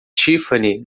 tiffany